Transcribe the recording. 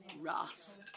Ross